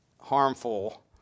harmful